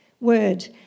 word